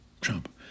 Trump